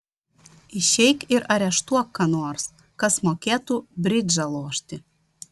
išeik ir areštuok ką nors kas mokėtų bridžą lošti